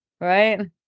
Right